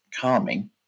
calming